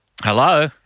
Hello